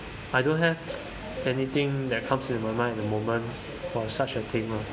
I don't have anything that comes to my mind at the moment for such a thing lah